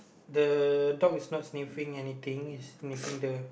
the dog is not sniffing anything he's sniffing the